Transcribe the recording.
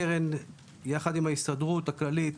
הקרן ביחד עם ההסתדרות הכללית